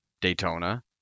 Daytona